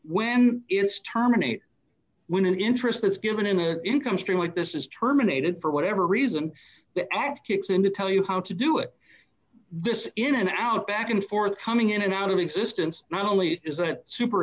when it's terminate when an interest is given in an income stream what this is terminated for whatever reason the act kicks in to tell you how to do it this in and out back and forth coming in and out of existence not only is it super